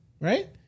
right